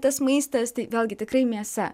tas maistas tai vėlgi tikrai mėsa